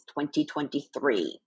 2023